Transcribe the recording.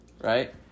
right